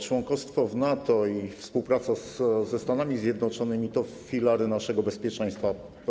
Członkostwo w NATO i współpraca ze Stanami Zjednoczonymi to filary naszego bezpieczeństwa.